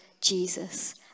Jesus